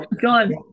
John